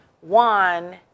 one